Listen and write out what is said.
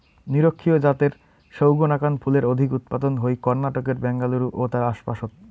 নিরক্ষীয় জাতের সৌগ নাকান ফুলের অধিক উৎপাদন হই কর্ণাটকের ব্যাঙ্গালুরু ও তার আশপাশত